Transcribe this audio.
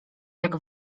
jak